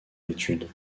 l’étude